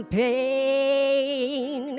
pain